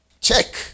Check